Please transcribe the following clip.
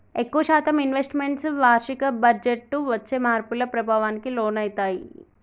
ఎక్కువ శాతం investments వార్షిక బడ్జెట్టు వచ్చే మార్పుల ప్రభావానికి లోనయితయ్యి